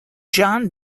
john